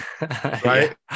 Right